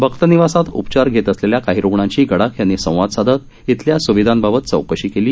भक्तनिवासमध्ये उपचार घेत असलेल्या काही रुग्णांशी गडाख यांनी संवाद साधत इथल्या सुविधांबाबत चौकशी केली